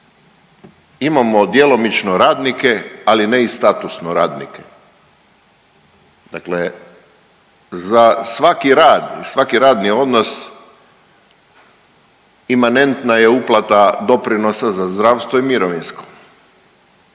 imamo djelomično radnike, ali ne i statusno radnike, dakle za svaki rad i svaki radni odnos imanentna je uplata doprinosa za zdravstvo i mirovinsko,